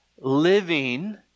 living